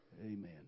Amen